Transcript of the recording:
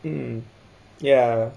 ya